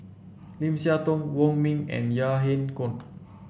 Lim Siah Tong Wong Ming and Yahya Cohen